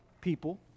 people